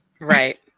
Right